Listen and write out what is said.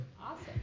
Awesome